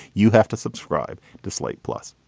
you have to subscribe to slate plus.